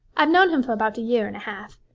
i've known him for about a year and a half.